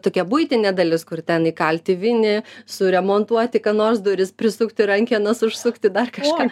tokia buitinė dalis kur ten įkalti vinį suremontuoti ką nors duris prisukti rankenas užsukti dar kažką